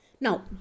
Now